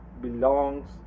belongs